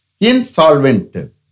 insolvent